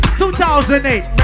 2008